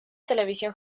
televisión